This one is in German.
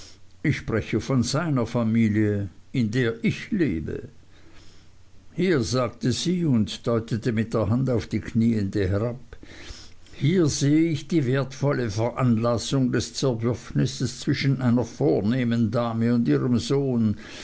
ich spreche von seiner familie in der ich lebe hier sagte sie und deutete mit der hand auf die knieende herab hier sehe ich die wertvolle veranlassung des zerwürfnisses zwischen einer vornehmen dame und ihrem sohn